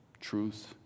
truth